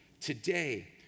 today